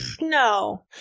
No